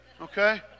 Okay